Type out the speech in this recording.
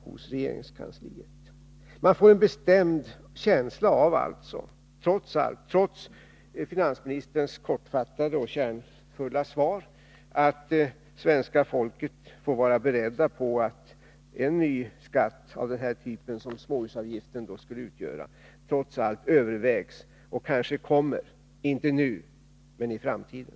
Man får alltså en bestämd känsla, trots finansministerns kortfattade och kärnfulla svar, av att svenska folket får vara berett på att en ny skatt av den typ som småhusavgiften skulle utgöra övervägs och kanske kommer, inte nu men i framtiden.